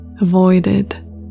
avoided